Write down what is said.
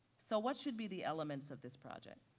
so what should be the elements of this project?